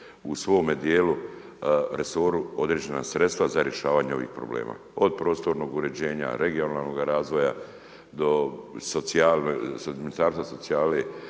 u svome dijelu, resoru, određena sredstva za rješavanje ovog problema. Od prostornog uređenja, regionalnoga razvoja, do ministarstva socijale.